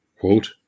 Quote